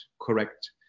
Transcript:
correct